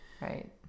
Right